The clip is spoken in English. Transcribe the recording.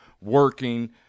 working